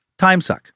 timesuck